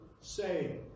say